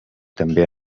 també